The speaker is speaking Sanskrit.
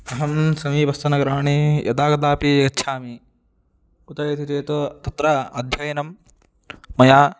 अहं समीपस्थनगराणि यदा कदापि गच्छामि कुतः इति चेत् तत्र अध्ययनं मया